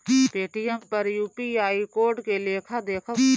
Paytm पर UPI code के लेखा देखम?